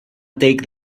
take